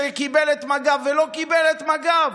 שקיבל את מג"ב ולא קיבל את מג"ב?